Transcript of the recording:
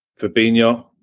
Fabinho